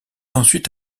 ensuite